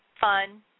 fun